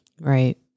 Right